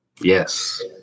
Yes